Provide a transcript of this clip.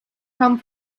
come